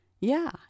Yeah